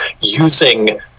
using